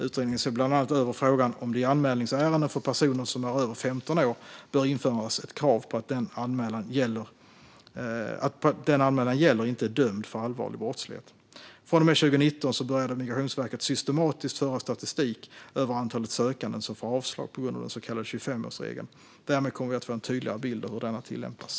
Utredningen ser bland annat över frågan om det i anmälningsärenden för personer som är över 15 år bör införas ett krav på att den som anmälan gäller inte är dömd för allvarlig brottslighet. Från och med 2019 började Migrationsverket systematiskt föra statistik över antalet sökande som får avslag på grund av den så kallade 25-årsregeln. Därmed kommer vi att få en tydligare bild av hur denna tillämpas.